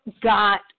got